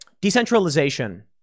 Decentralization